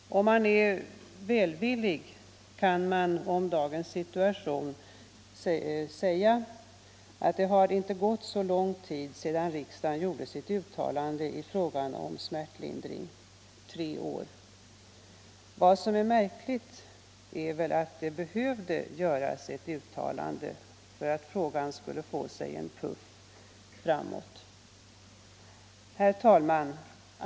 Om man är välvillig kan man om dagens situation säga att det inte har gått så lång tid sedan riksdagen gjorde sitt uttalande i frågan om smärtlindring — tre år. Vad som är märkligt är väl att det behövde göras ett uttalande för att frågan skulle få sig en puff framåt. Herr talman!